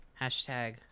hashtag